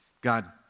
God